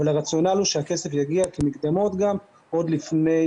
אבל הרציונל הוא שהכסף יגיע כמקדמות גם, עוד לפני